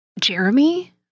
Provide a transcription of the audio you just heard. Jeremy